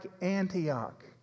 Antioch